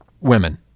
women